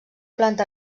planta